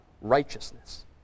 righteousness